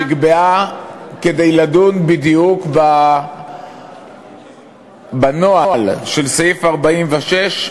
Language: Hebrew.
שנקבעה כדי לדון בדיוק בנוהל של סעיף 46,